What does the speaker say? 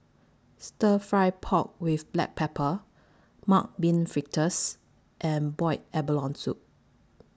Stir Fry Pork with Black Pepper Mung Bean Fritters and boiled abalone Soup